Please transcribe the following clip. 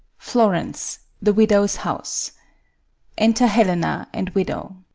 florence. the widow's house enter helena and widow